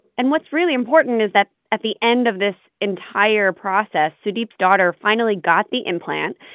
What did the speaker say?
and what's really important is that, at the end of this entire process, sudeep's daughter finally got the implant,